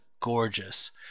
gorgeous